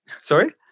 Sorry